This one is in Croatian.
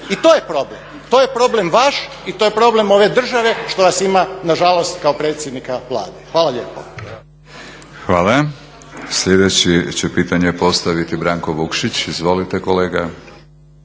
I to je problem, to je problem vaš i to je problem ove države što vas ima nažalost kao predsjednika Vlade. Hvala lijepo. **Batinić, Milorad (HNS)** Hvala. Sljedeći će pitanje postaviti Branko Vukšić. Izvolite kolega.